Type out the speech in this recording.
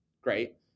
great